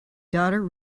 daughter